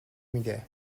میده